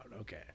Okay